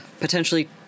potentially